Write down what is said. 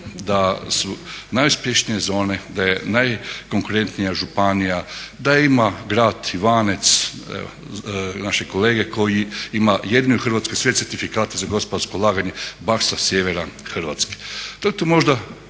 da su najuspješnije zone, da je najkonkurentnija županija, da ima grad Ivanec evo našeg kolege, koji ima jedini u Hrvatskoj sve certifikate za gospodarsko ulaganje baš sa sjevera Hrvatske.